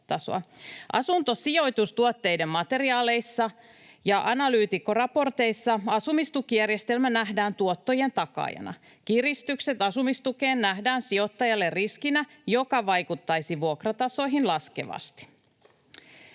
Asuntosijoitustuotteiden materiaaleissa ja analyytikkoraporteissa asumistukijärjestelmä nähdään tuottojen takaajana. Kiristykset asumistukeen nähdään sijoittajalle riskinä, joka vaikuttaisi vuokratasoihin laskevasti.”